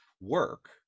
work